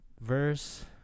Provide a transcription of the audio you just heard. verse